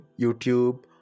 YouTube